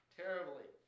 terribly